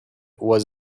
was